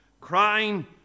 crying